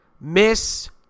miss